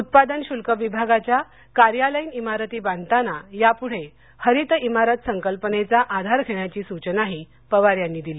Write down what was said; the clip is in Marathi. उत्पादन शुल्क विभागाच्या कार्यालयीन इमारती बांधताना यापुढे हरित इमारत संकल्पनेचा आधार घेण्याची सूचनाही पवार यांनी दिली